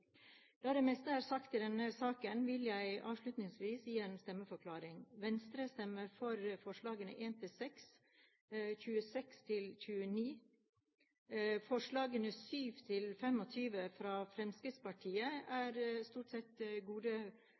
Da det meste er sagt i denne saken, vil jeg avslutningsvis gi en stemmeforklaring. Venstre stemmer for forslagene nr. 1–6 og 26–29. Forslagene nr. 7–25, fra Fremskrittspartiet, er stort sett gode